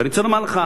ואני רוצה לומר לך,